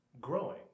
growing